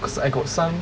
because I got some